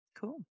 Cool